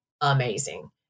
amazing